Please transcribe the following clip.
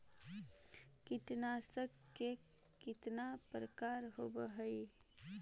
कीटनाशक के कितना प्रकार होव हइ?